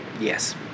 Yes